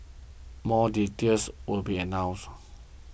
more details will be announced